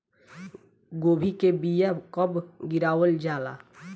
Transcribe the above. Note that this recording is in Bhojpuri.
गोभी के बीया कब गिरावल जाला?